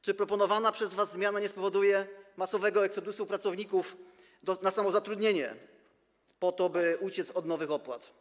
Czy proponowana przez was zmiana nie spowoduje masowego exodusu pracowników na samozatrudnienie, po to by uciec od nowych opłat?